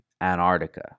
Antarctica